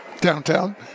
Downtown